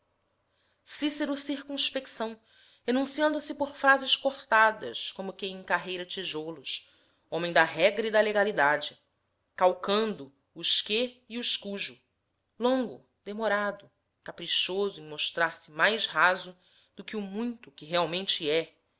engasgado cícero circunspecção enunciando se por frases cortadas como quem encarreira tijolos homem da regra e da legalidade calcando os que e os cujo longo demorado caprichoso em mostrar-se mais raso do que o muito que realmente é